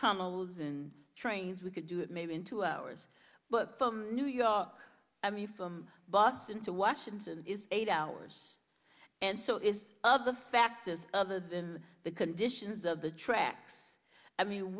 tunnels and trains we could do it maybe in two hours but from new york from boston to washington is eight hours and so is other factors other than the conditions of the tracks i mean